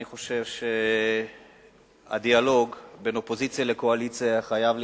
אני חושב שהדיאלוג בין אופוזיציה לקואליציה חייב להתנהל,